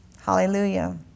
Hallelujah